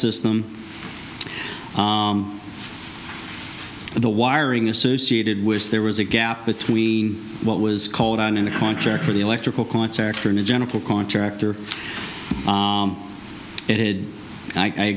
system the wiring associated with there was a gap between what was called on in the contract for the electrical contractor and a general contractor